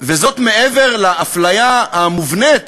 וזה מעבר לאפליה המובנית